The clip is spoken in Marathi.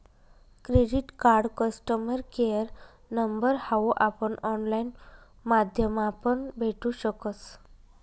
credit card customer care number हाऊ आपण ऑनलाईन माध्यमापण भेटू शकस